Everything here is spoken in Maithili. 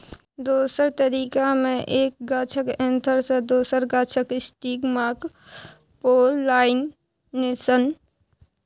दोसर तरीका मे एक गाछक एन्थर सँ दोसर गाछक स्टिगमाक पोलाइनेशन